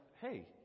hey